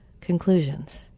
conclusions